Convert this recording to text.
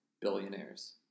billionaires